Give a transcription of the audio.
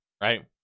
right